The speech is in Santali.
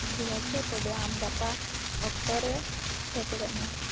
ᱴᱷᱤᱠ ᱟᱪᱷᱮ ᱛᱚᱵᱮ ᱟᱢ ᱜᱟᱯᱟ ᱚᱠᱛᱚ ᱨᱮ ᱥᱮᱴᱮᱨᱚᱜ ᱢᱮ